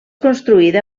construïda